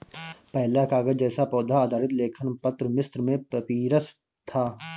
पहला कागज़ जैसा पौधा आधारित लेखन पत्र मिस्र में पपीरस था